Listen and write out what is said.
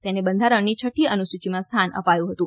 તેને બંધારણની છઠ્ઠી અનુસૂચિમાં સ્થાન અપાયું હતું